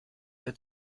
der